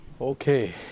Okay